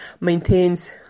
maintains